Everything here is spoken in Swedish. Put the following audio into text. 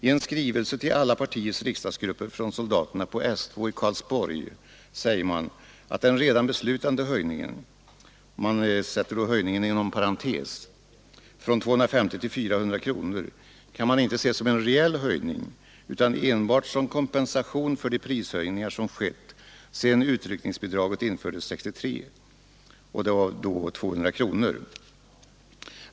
I en skrivelse till alla partiers riksdagsgrupper från soldaterna på S 2 i Karlsborg säger man att den redan beslutade höjningen — och man sätter då ordet höjningen inom citationstecken — från 250 till 400 kronor kan man inte se som en reell höjning utan enbart som kompensation för de prishöjningar som skett sedan utryckningsbidraget infördes 1963 — det var då 200 kronor.